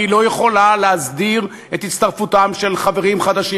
והיא לא יכולה להסדיר את הצטרפותם של חברים חדשים